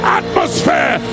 atmosphere